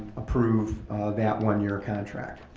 approve that one year contract.